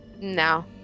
no